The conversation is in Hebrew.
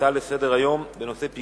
הצעות לסדר-היום מס' 1987,